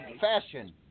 fashion